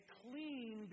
clean